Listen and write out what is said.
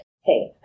hey